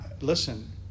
listen